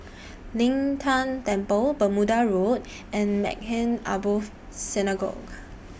Lin Tan Temple Bermuda Road and Maghain Aboth Synagogue